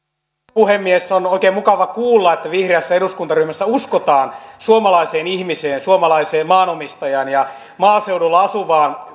puhemies on oikein mukavaa kuulla että vihreässä eduskuntaryhmässä uskotaan suomalaiseen ihmiseen suomalaiseen maanomistajaan ja maaseudulla asuvaan